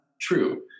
true